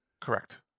Correct